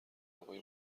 محتوای